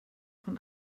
von